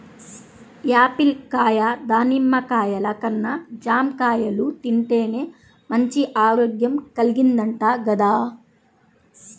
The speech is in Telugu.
యాపిల్ కాయ, దానిమ్మ కాయల కన్నా జాంకాయలు తింటేనే మంచి ఆరోగ్యం కల్గిద్దంట గదా